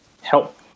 help